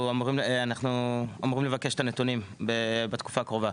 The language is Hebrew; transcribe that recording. אנחנו אמורים לבקש את הנתונים בתקופה הקרובה.